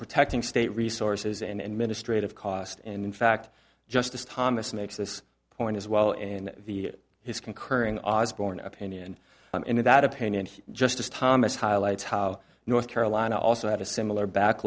protecting state resources and ministry of cost and in fact justice thomas makes this point as well in the his concurring osborne opinion and in that opinion justice thomas highlights how north carolina also had a similar